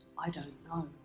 i don't know.